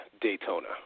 Daytona